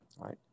Right